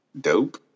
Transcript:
dope